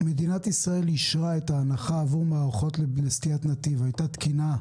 כשמדינת ישראל אישרה את ההנחה עבור מערכות לסטיית נתיב הייתה תקינה?